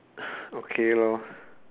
okay lor